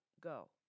go